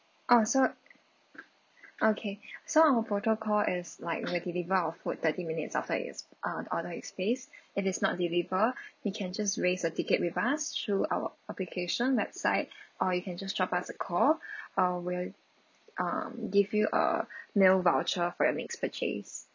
oh so okay so our protocol is like we deliver our food thirty minutes outside its uh order is placed if it's not deliver you can just raise the ticket with us through our application website or you can just drop us a call uh we'll um give you a meal voucher for your next purchase